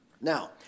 Now